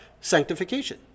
sanctification